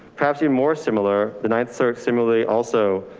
perhaps you're more similar. the ninth circuit. similarly also.